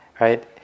right